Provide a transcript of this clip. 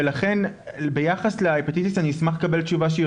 לכן ביחס להפטיטיס אני אשמח לקבל תשובה שהיא